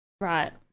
Right